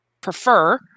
prefer